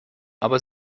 aber